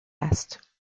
است